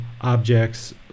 objects